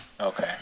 Okay